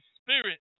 Spirit